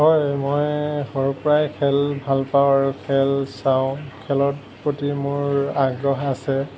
হয় মই সৰুৰ পৰাই খেল ভাল পাওঁ আৰু খেল চাওঁ খেলৰ প্ৰতি মোৰ আগ্ৰহ আছে